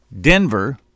Denver